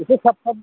एसे थाब थाब